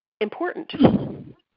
important